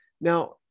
Now